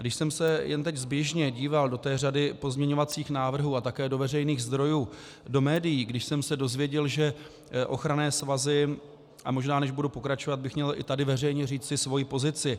Když jsem se teď jen zběžně díval do té řady pozměňovacích návrhů a také do veřejných zdrojů, do médií, když jsem se dozvěděl, že ochranné svazy možná, než budu pokračovat, bych i tady měl říci svoji pozici.